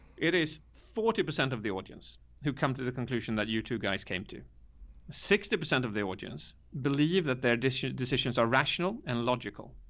it is forty percent of the audience who come to the conclusion that youtube guys came to sixty percent of the audience believe that their decisions are rational and logical.